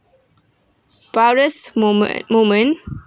wildest moment moment